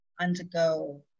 undergo